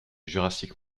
jurassique